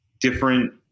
different